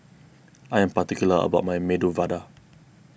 I am particular about my Medu Vada